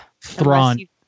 Thrawn